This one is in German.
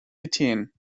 ethen